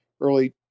early